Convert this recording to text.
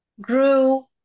grew